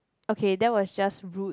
okay that was just rude